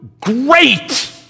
Great